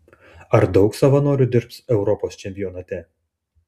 ar daug savanorių dirbs europos čempionate